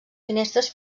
finestres